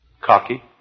cocky